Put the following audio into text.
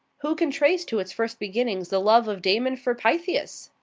who can trace to its first beginnings the love of damon for pythias,